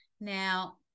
Now